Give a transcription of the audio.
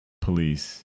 police